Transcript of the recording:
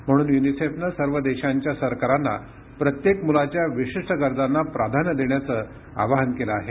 म्हणून युनिसेफनं सर्व देशांच्या सरकारांना प्रत्येक मुलाच्या विशिष्ट गरजांना प्राधान्य देण्याचं आवाहन केलं आहे